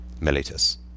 Miletus